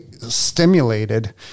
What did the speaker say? stimulated